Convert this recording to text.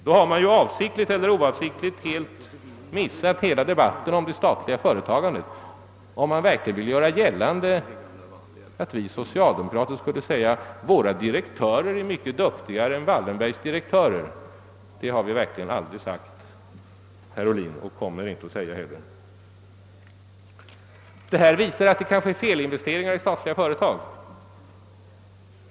Om man verkligen vill göra gällande att vi socialdemokrater skulle säga att våra direktörer är mycket duktigare än Wallenbergs, då har man avsiktligt eller oavsiktligt helt missat debatten om det statliga företagandet. Det har vi verkligen aldrig sagt, herr Ohlin, och vi kommer inte heller att säga det. Det som skett visar att felinvesteringar kan ske i ett statligt företag.